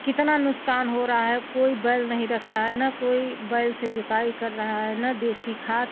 कितना नुकसान हो रहा है कोई बैल नहीं रख रहा है न कोई बैल से जोताई कर रहा है न देशी खाद